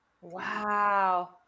wow